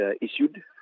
issued